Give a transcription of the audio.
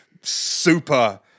super